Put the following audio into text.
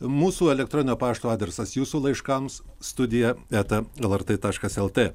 mūsų elektroninio pašto adresas jūsų laiškams studija eta lrt taškas lt